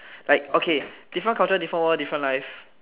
like okay different culture different world different life